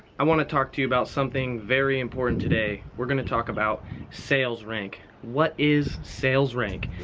i want to talk to you about something very important today. we're going to talk about sales rank. what is sales rank?